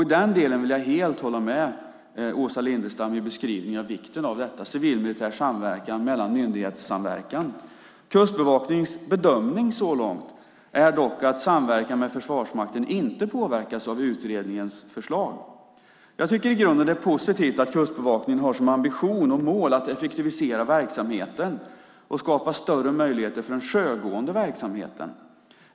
I den delen vill jag helt hålla med Åsa Lindestam i beskrivningen av vikten av civil och militär samverkan, av myndighetssamverkan. Kustbevakningens bedömning så långt är dock att samverkan med Försvarsmakten inte påverkas av utredningens förslag. Jag tycker i grunden att det är positivt att Kustbevakningen har som ambition och mål att effektivisera verksamheten och skapa större möjligheter för den sjögående verksamheten.